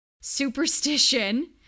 superstition